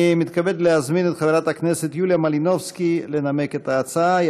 אני מתכבד להזמין את חברת הכנסת יוליה מלינובסקי לנמק את ההצעה.